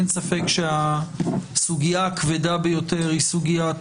אין ספק שהסוגיה הכבדה ביותר היא סוגיית